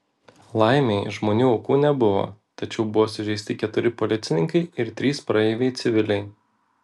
laimei žmonių aukų nebuvo tačiau buvo sužeisti keturi policininkai ir trys praeiviai civiliai